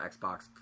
Xbox